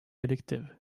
addictive